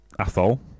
Athol